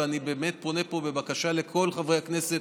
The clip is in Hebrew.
ואני באמת פונה פה בבקשה לכל חברי הכנסת,